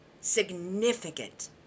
significant